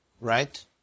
right